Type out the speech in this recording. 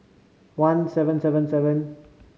one seven seven seven